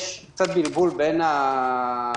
יש קצת בלבול בין הפעימות.